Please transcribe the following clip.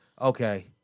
Okay